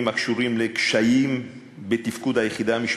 הקשורים לקשיים בתפקוד היחידה המשפחתית.